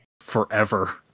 forever